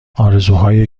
آرزوهای